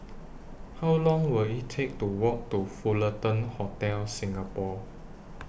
How Long Will IT Take to Walk to The Fullerton Hotel Singapore